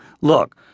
Look